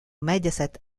mediaset